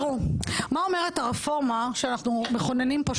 מה אומרת הרפורמה שאנחנו מכוננים פה,